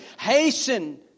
Hasten